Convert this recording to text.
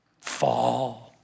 Fall